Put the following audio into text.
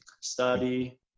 study